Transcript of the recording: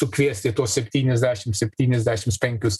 sukviesti tuos septyniasdešim septyniasdešims penkis